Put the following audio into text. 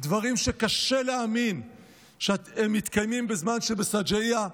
דברים שקשה להאמין שהם מתקיימים בזמן שבשג'אעיה,